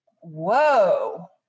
whoa